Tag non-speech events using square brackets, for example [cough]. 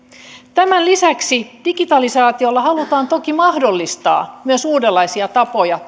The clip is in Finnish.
tämän lisäksi digitalisaatiolla halutaan toki mahdollistaa tulevaisuudessa myös uudenlaisia tapoja [unintelligible]